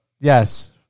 yes